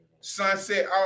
sunset